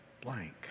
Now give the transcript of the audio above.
blank